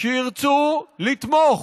שירצו לתמוך